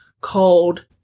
called